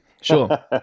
sure